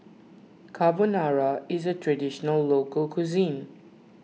Carbonara is a Traditional Local Cuisine